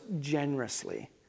generously